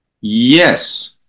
Yes